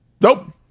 Nope